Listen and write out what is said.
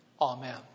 Amen